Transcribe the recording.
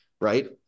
right